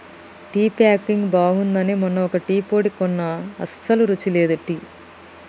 tea packing బాగుంది అని మొన్న ఒక టీ పొడి కొన్న అస్సలు రుచి లేదు టీ